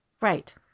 Right